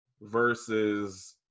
versus